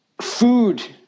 Food